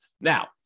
Now